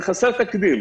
זה חסר תקדים,